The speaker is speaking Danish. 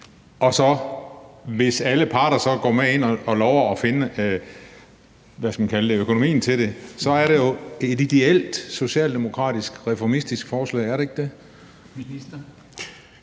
og hvis så alle parter går med ind og lover at finde økonomien til det, er det jo et ideelt socialdemokratisk reformistisk forslag, er det ikke det?